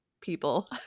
people